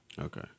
Okay